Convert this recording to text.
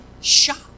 shot